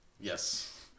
Yes